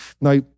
Now